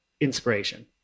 inspiration